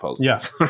Yes